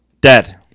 Dead